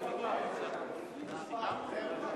מסדר-היום את הצעת חוק לתיקון פקודת מס